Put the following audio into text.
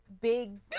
big